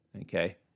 Okay